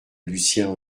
lucien